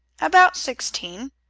about sixteen.